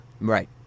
right